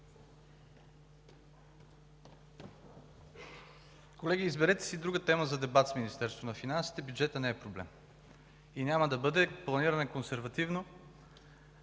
Колеги, изберете си друга тема за дебат с Министерството на финансите. Бюджетът не е проблем и няма да бъде, планиран е консервативно.